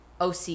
oc